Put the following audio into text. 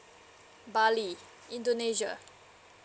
bali indonesia